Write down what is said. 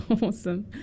awesome